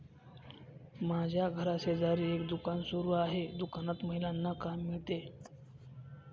माझ्या घराशेजारी एक दुकान सुरू आहे दुकानात महिलांना काम मिळते